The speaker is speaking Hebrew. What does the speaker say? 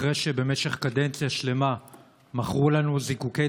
אחרי שבמשך קדנציה שלמה מכרו לנו זיקוקי